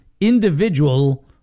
individual